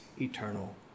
eternal